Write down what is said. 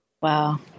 Wow